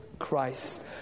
christ